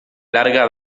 larga